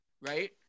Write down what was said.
right